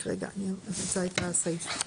רק רגע, אני אמצא את הסעיף.